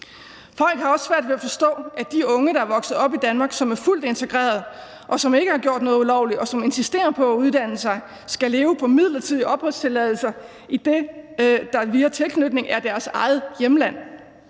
Folk har også svært ved at forstå, at de unge, der er vokset op i Danmark og er fuldt integrerede, og som ikke har gjort noget ulovligt, og som insisterer på at uddanne sig, skal leve på midlertidige opholdstilladelser i det, der via tilknytning er deres eget hjemland.